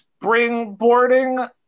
springboarding